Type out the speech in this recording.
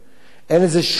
אין לזה שום מחיר,